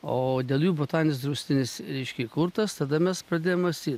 o dėl jų botaninis draustinis reiškia įkurtas tada mes pradėjom mąstyt